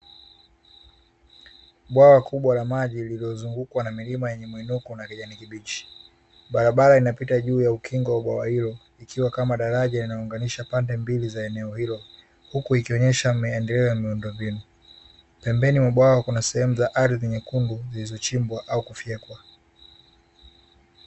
Bwawa kubwa la maji lililozungukwa na milima yenye mwinuko na kijani kibichi, barabara inapita juu ya ukingo wa bwawa hilo ikiwa kama daraja linalounganisha pande mbili za eneo hilo, huku ikionyesha maendeleo ya miundombinu. Pembeni mwa bwawa kuna sehemu za ardhi nyekundu zilizochimbwa au kufyekwa.